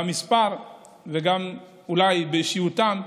במספר וגם אולי באישיותם,